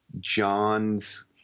John's